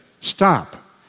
stop